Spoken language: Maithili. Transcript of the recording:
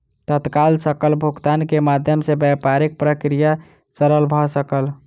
तत्काल सकल भुगतान के माध्यम सॅ व्यापारिक प्रक्रिया सरल भ सकल